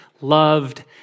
loved